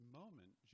moment